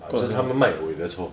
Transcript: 就是他们卖我有的抽